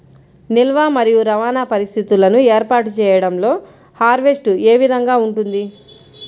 నిల్వ మరియు రవాణా పరిస్థితులను ఏర్పాటు చేయడంలో హార్వెస్ట్ ఏ విధముగా ఉంటుంది?